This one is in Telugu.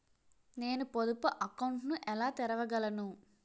నేను పొదుపు అకౌంట్ను ఎలా తెరవగలను?